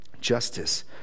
justice